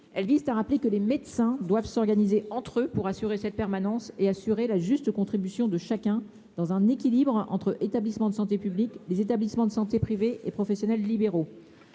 elle vise à rappeler que les médecins doivent s'organiser entre eux pour assurer cette permanence est assurée la juste contribution de chacun dans un équilibre entre établissements de santé publics les établissements de santé privés et professionnels libéraux,